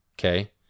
Okay